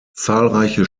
zahlreiche